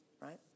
right